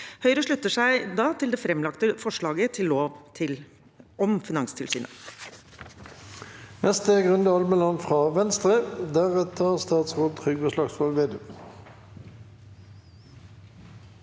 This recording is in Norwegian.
Høyre slutter seg da til det framlagte forslaget til lov om Finanstilsynet.